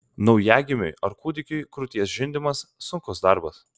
naujagimiui ar kūdikiui krūties žindimas sunkus darbas